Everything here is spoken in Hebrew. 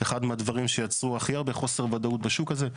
אחד מהדברים שיצרו הכי הרבה חוסר ודאות בשוק הזה,